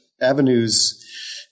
avenues